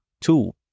two